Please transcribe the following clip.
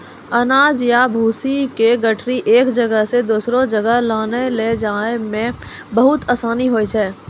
अनाज या भूसी के गठरी एक जगह सॅ दोसरो जगह लानै लै जाय मॅ बहुत आसानी होय छै